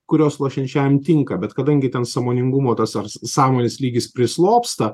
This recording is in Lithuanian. kurios lošiančiajam tinka bet kadangi ten sąmoningumo tas ar sąmonės lygis prislopsta